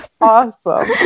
awesome